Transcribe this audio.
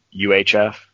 UHF